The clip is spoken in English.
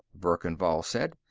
verkan vall said.